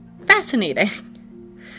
fascinating